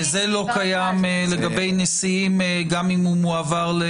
וזה לא קיים לגבי נשיאים גם אם הוא מועבר.